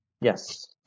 Yes